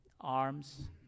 arms